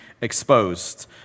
exposed